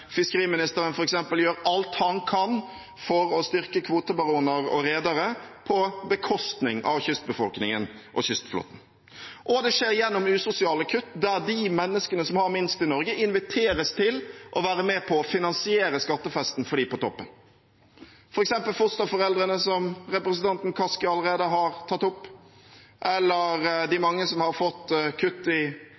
fiskeriministeren f.eks. gjør alt han kan for å styrke kvotebaroner og redere på bekostning av kystbefolkningen og kystflåten. Og det skjer gjennom usosiale kutt, der de menneskene som har minst i Norge, inviteres til å være med på å finansiere skattefesten for dem på toppen, f.eks. fosterforeldrene, som representanten Kaski allerede har tatt opp, de